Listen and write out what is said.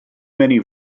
many